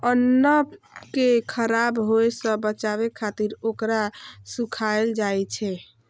अन्न कें खराब होय सं बचाबै खातिर ओकरा सुखायल जाइ छै